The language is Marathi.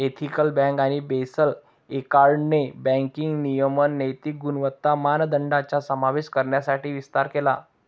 एथिकल बँक आणि बेसल एकॉर्डने बँकिंग नियमन नैतिक गुणवत्ता मानदंडांचा समावेश करण्यासाठी विस्तार केला